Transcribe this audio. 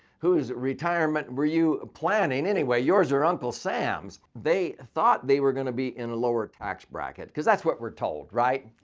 who's retirement were you planning anyway? yours or uncle sam's? they thought they were going to be in a lower tax bracket. because that's what we're told. right?